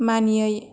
मानियै